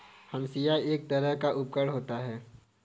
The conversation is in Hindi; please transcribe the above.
हंसिआ एक तरह का उपकरण होता है